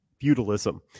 feudalism